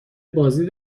بازی